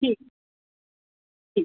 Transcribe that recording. ठीक ठीक